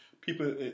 people